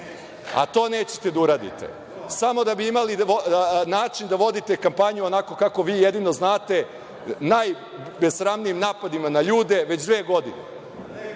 a to nećete da uradite, samo da bi imali način da vodite kampanju, onako kako vi jedino znate, najbesramnijim napadima na ljude već dve godine. Ako